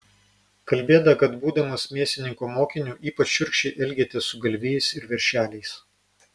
kalbėta kad būdamas mėsininko mokiniu ypač šiurkščiai elgėtės su galvijais ir veršeliais